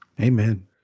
amen